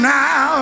now